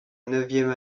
neuvième